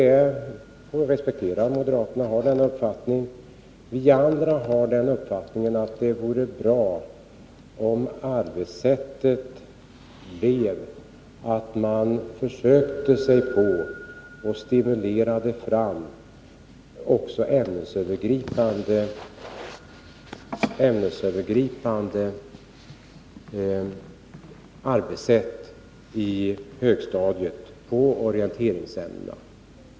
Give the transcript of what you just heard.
Vi får respektera att moderaterna har den uppfattningen. Vi andra har den uppfattningen att det vore bra om man också försökte sig på att stimulera fram ämnesövergripande arbetssätt på högstadiet när det gäller orienteringsämnena.